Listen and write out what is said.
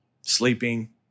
sleeping